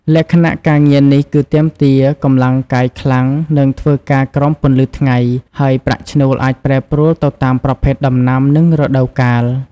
លក្ខណៈការងារនេះគឺទាមទារកម្លាំងកាយខ្លាំង និងធ្វើការក្រោមពន្លឺថ្ងៃ ហើយប្រាក់ឈ្នួលអាចប្រែប្រួលទៅតាមប្រភេទដំណាំ និងរដូវកាល ។